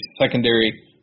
secondary